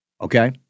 Okay